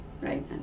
right